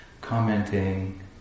commenting